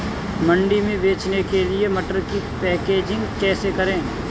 मंडी में बेचने के लिए मटर की पैकेजिंग कैसे करें?